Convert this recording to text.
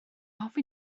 hoffi